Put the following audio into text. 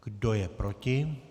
Kdo je proti?